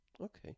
Okay